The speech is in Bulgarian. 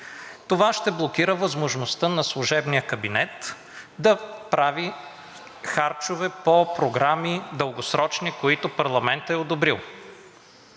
това ще блокира възможността на служебния кабинет да прави харчове по програми, дългосрочни, които парламентът е одобрил.